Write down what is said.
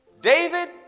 David